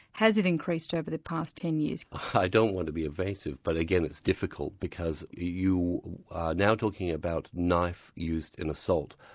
has it increased over the past ten years? i don't want to be evasive, but again it's difficult because you are now talking about knife used in assault.